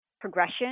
progression